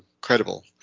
credible